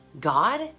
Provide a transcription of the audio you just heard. God